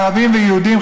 ערבים ויהודים,